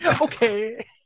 Okay